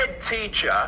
teacher